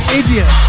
idiot